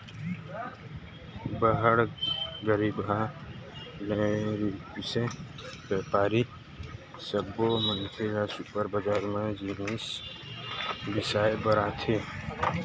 बड़हर, गरीबहा, नउकरीपेसा, बेपारी सब्बो मनखे ह सुपर बजार म जिनिस बिसाए बर आथे